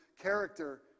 character